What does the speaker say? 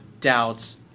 doubts